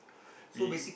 y~